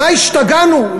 מה, השתגענו?